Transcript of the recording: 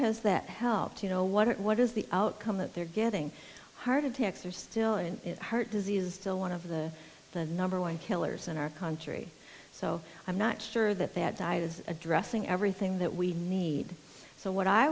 has that helped you know what what is the outcome that they're getting heart attacks are still in heart disease deal one of the the number one killers in our country so i'm not sure that that diet is addressing everything that we need so what i